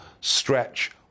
stretch